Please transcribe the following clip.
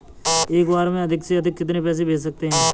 एक बार में अधिक से अधिक कितने पैसे भेज सकते हैं?